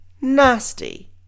nasty